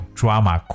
drama